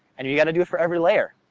and you you gotta do it for every layer.